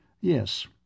Yes